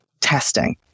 testing